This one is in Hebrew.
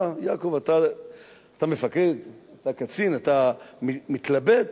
יעקב, אתה מפקד, אתה קצין, אתה מתלבט?